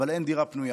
אבל אין דירה פנויה.